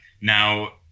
Now